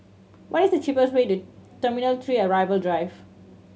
what is the cheapest way to Teminal Three Arrival Drive